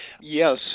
Yes